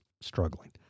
struggling